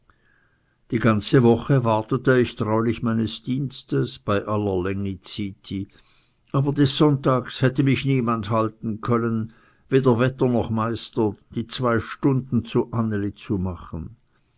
die ganze woche wartete ich treulich meines dienstes bei aller längizyti aber des sonntags hätte mich niemand halten können weder wetter noch meister die zwei stunden zu anneli zu machen